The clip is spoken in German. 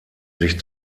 sich